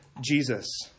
Jesus